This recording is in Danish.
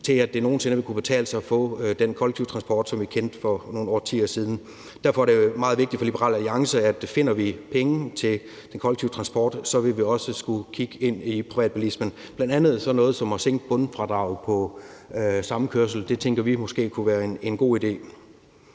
til at det nogen sinde vil kunne betale sig at få den kollektive transport, som vi kendte for nogle årtier siden. Derfor er det meget vigtigt for Liberal Alliance, at finder vi penge til den kollektive transport, så vil vi også skulle kigge på privatbilismen, bl.a. sådan noget som at sænke bundfradraget på samkørsel. Det tænker vi måske kunne være en god idé.